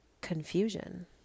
confusion